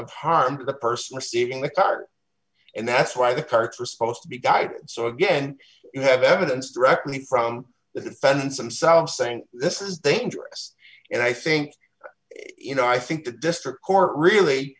of harm to the person receiving the car and that's why the carts are supposed to be guided so again you have evidence directly from the defense some south saying this is dangerous and i think you know i think the district court really